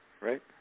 Right